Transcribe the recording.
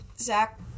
Zach